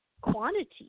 quantity